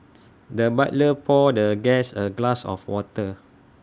the butler poured the guest A glass of water